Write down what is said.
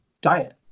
diet